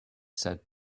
said